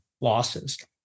losses